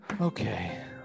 Okay